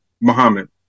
Muhammad